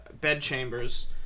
bedchambers